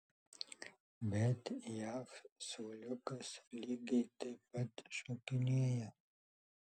bet jav suoliukas lygiai taip pat šokinėja